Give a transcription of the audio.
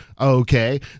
okay